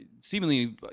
seemingly